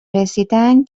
رسیدن